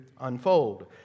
unfold